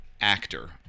actor